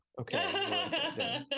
Okay